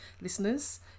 listeners